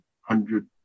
hundred